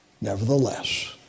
Nevertheless